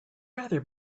rather